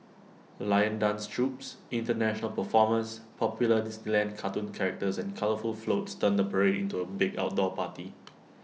lion dance troupes International performers popular Disneyland cartoon characters and colourful floats turn the parade into A big outdoor party